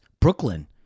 Brooklyn